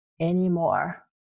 anymore